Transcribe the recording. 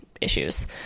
issues